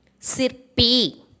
Sirpi